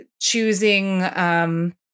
choosing